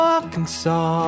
Arkansas